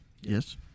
Yes